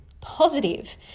positive